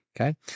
okay